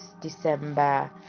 december